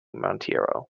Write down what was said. monteiro